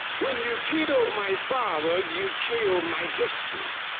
when you killed my father, you killed my history.